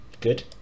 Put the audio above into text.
good